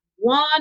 one